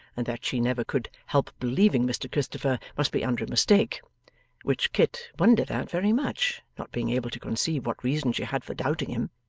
and that she never could help believing mr christopher must be under a mistake which kit wondered at very much, not being able to conceive what reason she had for doubting him.